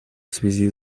связи